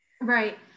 Right